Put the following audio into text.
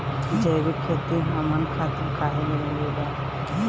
जैविक खेती हमन खातिर काहे जरूरी बा?